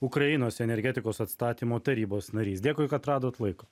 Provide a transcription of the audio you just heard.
ukrainos energetikos atstatymo tarybos narys dėkui kad radot laiko